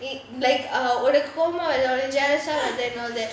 like uh உனக்கு கோபமாகுது:unakku kobamaaguthu all that